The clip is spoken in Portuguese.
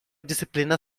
disciplina